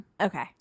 Okay